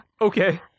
Okay